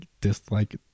dislike